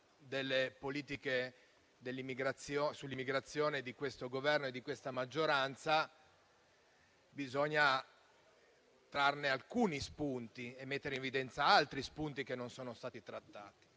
delle politiche sull'immigrazione di questo Governo e di questa maggioranza, bisogna trarne alcuni spunti, mettendone in evidenza altri che non sono stati trattati.